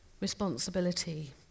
Responsibility